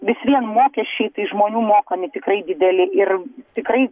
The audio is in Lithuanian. vis vien mokesčiai tai žmonių mokami tikrai dideli ir tikrai